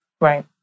Right